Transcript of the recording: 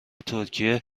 ترکیه